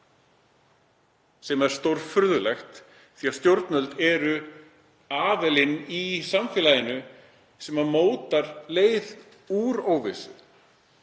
sem er stórfurðulegt því að stjórnvöld eru aðilinn í samfélaginu sem mótar leið út úr óvissu,